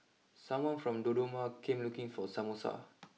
someone from Dodoma came looking for Samosa